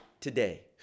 today